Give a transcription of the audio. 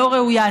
לא ראויה.